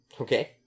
Okay